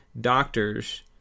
doctors